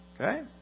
Okay